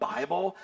Bible